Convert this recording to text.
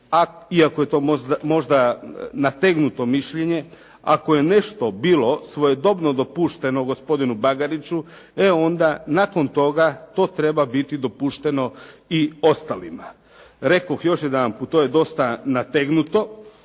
iako je to možda nategnuto mišljenje, ako je nešto bilo svojedobno dopušteno gospodinu Bagariću, e onda nakon toga to treba biti dopušteno i ostalima. Rekoh još jedanput, to je dosta nategnuto,